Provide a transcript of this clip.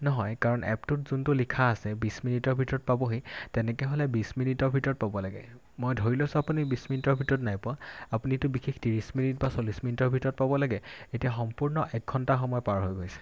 নহয় কাৰণ এপটোত যোনটো লিখা আছে বিছ মিনিটৰ ভিতৰত পাবহি তেনেকৈ হ'লে বিছ মিনিটৰ ভিতৰত পাব লাগে মই ধৰি লৈছোঁ আপুনি বিছ মিনিটৰ ভিতৰত নাই পোৱা আপুনিতো বিশেষ ত্ৰিছ মিনিট বা চল্লিছ মিনিটৰ ভিতৰত পাব লাগে এতিয়া সম্পূৰ্ণ এক ঘণ্টা সময় পাৰ হৈ গৈছে